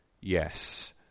yes